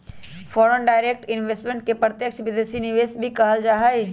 foreign direct investment के प्रत्यक्ष विदेशी निवेश भी कहल जा हई